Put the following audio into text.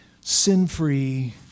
sin-free